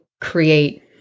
create